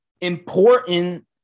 important